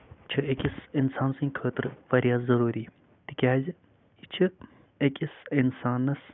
چھُ أکِس اِنسان سٔنز خٲطرٕ واریاہ ضروٗری تِکیازِ یہِ چھُ أکِس اِنسانَس